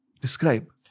describe